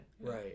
Right